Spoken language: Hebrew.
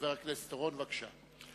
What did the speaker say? חבר הכנסת אורון, בבקשה.